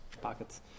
pockets